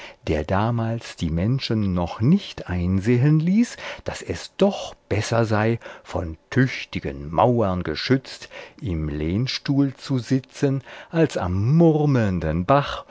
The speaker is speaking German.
der damals die menschen noch nicht einsehen ließ daß es doch besser sei von tüchtigen mauern geschützt im lehnstuhl zu sitzen als am murmelnden bach